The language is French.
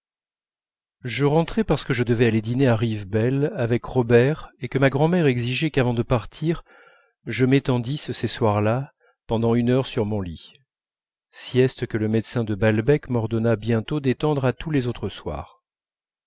je rentrai parce que je devais aller dîner à rivebelle avec robert et que ma grand'mère exigeait qu'avant de partir je m'étendisse ces soirs là pendant une heure sur mon lit sieste que le médecin de balbec m'ordonna bientôt d'étendre à tous les autres soirs